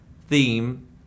theme